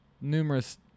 numerous